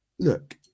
Look